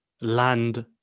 land